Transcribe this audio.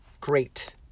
great